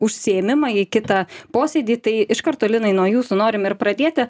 užsiėmimą į kitą posėdį tai iš karto linai nuo jūsų norim ir pradėti